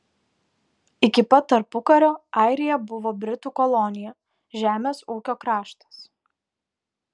iki pat tarpukario airija buvo britų kolonija žemės ūkio kraštas